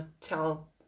tell